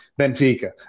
Benfica